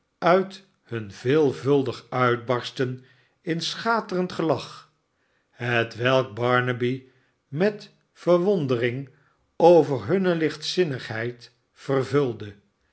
uit hun veelvuldig uitbarsten in een schaterend gelach netwelk barnaby met verwondering over hunne lichtzinnigheid vervulde